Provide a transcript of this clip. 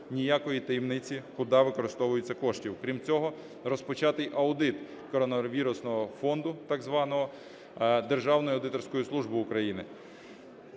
ніякої таємниці, куди використовуються кошти. Крім цього, розпочатий аудит коронавірусного фонду так званого Державною аудиторською службою України.